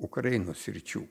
ukrainos sričių